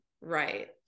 Right